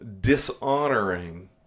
dishonoring